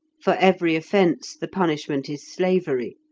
for every offence the punishment is slavery,